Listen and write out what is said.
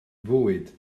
fywyd